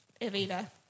Evita